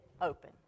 open